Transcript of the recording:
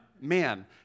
man